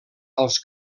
als